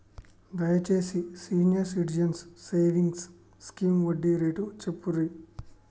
దయచేసి senior citizens savings scheme వడ్డీ rate చెప్పుర్రి